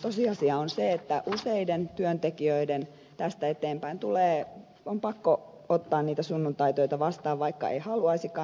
tosiasia on se että useiden työntekijöiden tästä eteenpäin on pakko ottaa niitä sunnuntaitöitä vastaan vaikka ei haluaisikaan